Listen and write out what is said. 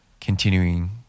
continuing